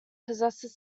possesses